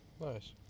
nice